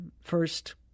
first